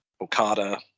Okada